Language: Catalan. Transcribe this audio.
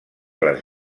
les